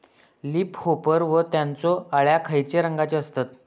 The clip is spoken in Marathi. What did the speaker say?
लीप होपर व त्यानचो अळ्या खैचे रंगाचे असतत?